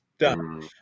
done